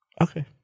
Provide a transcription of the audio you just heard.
Okay